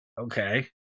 Okay